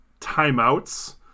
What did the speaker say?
timeouts